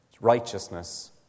righteousness